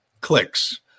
clicks